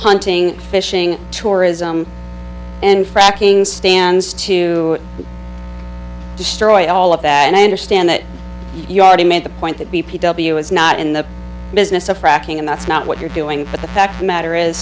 hunting fishing tourism and fracking stands to destroy all of that and i understand that you already made the point that b p w is not in the business of fracking and that's not what you're doing but the fact matter is